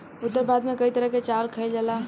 उत्तर भारत में कई तरह के चावल खाईल जाला